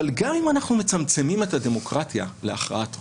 אבל גם אם אנחנו מצמצמים את הדמוקרטיה להכרעת רוב,